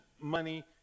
money